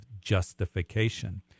justification